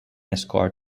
escort